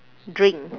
drink